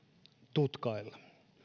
tutkailla